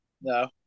no